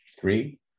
Three